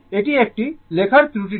এটি একটি লেখার ত্রুটি